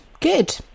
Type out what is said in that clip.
good